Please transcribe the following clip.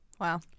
Wow